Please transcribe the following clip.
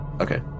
Okay